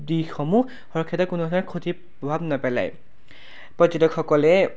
দিশসমূহ সৰহ ক্ষেত্ৰত কোনো ধৰণৰ ক্ষতি প্ৰভাৱ নেপেলায় পৰ্যটকসকলে